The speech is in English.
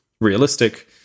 realistic